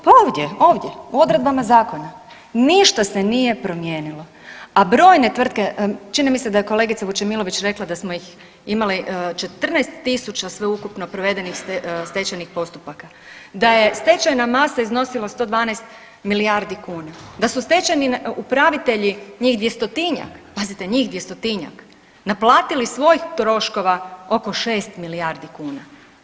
Pa ovdje, ovdje, u odredbama zakona ništa se nije promijenilo, a brojne tvrtke, čini mi se da je kolegica Vučemilović rekla da smo ih imali 14.000 sveukupno provedenih stečajnih postupaka, da je stečajna masa iznosila 112 milijardi kuna, da su stečajni upravitelji njih 200-tinjak, pazite njih 200-tinjak naplatili svojih troškova oko 6 milijardi kuna.